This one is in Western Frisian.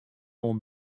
oan